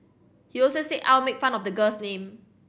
he also said Au made fun of the girl's name